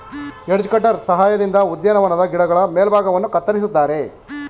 edge cutter ಸಹಾಯದಿಂದ ಉದ್ಯಾನವನದ ಗಿಡಗಳ ಮೇಲ್ಭಾಗವನ್ನು ಕತ್ತರಿಸುತ್ತಾರೆ